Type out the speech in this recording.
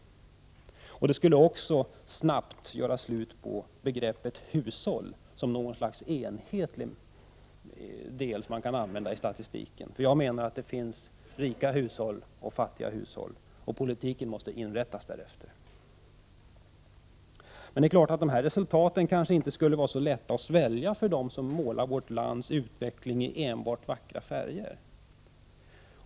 Det skulle också snabbt göra slut på begreppet ”hushåll” som något slags enhet att använda i statistiken. Jag menar att det finns rika hushåll och fattiga hushåll, och politiken måste inrättas därefter. Men det är klart — resultaten kanske inte skulle vara så lätta att svälja för dem som målar vårt lands utveckling i enbart vackra färger.